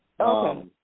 Okay